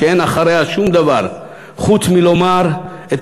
שאין מאחוריה שום דבר חוץ מלומר את